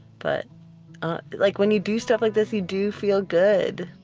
but ah like when you do stuff like this, you do feel good.